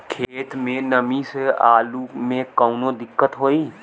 खेत मे नमी स आलू मे कऊनो दिक्कत होई?